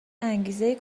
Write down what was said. انگیزه